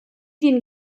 den